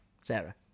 Sarah